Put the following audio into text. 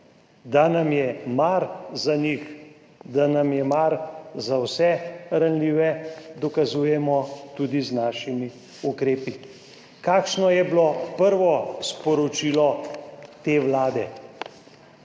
Da nam je mar za njih, da nam je mar za vse ranljive, dokazujemo tudi z našimi ukrepi. Kakšno je bilo prvo sporočilo te vlade?